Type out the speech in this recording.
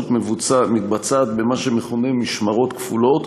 מתבצעת במה שמכונה "משמרות כפולות"